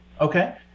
Okay